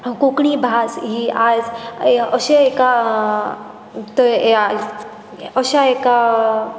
तशेंच आज ही आज अशे एका अश्या एका